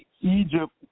Egypt